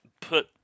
put